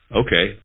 okay